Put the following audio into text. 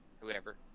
whoever